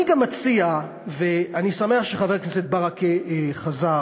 אני גם מציע, אני שמח שחבר הכנסת ברכה חזר.